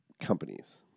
companies